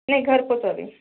नाही घरपोच हवी